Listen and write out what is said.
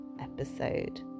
episode